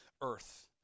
earth